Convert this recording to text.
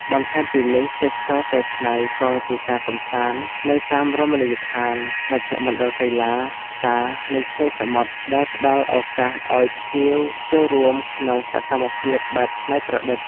បន្ថែមពីនេះ ទេសចរណ៍កែច្នៃ ក៏ជាការកំសាន្តនៅតាមរមណីយដ្ឋាន មជ្ឈមណ្ឌលកីឡា ផ្សារ និងឆ្នេរសមុទ្រ ដែលផ្តល់ឱកាសឲ្យភ្ញៀវចូលរួមក្នុងសកម្មភាពបែបច្នៃប្រឌិត។